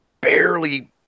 barely